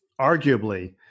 arguably